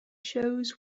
shows